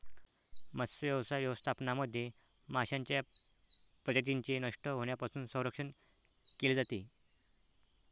मत्स्यव्यवसाय व्यवस्थापनामध्ये माशांच्या प्रजातींचे नष्ट होण्यापासून संरक्षण केले जाते